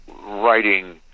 writing